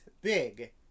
Big